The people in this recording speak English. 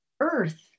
earth